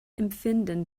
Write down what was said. empfinden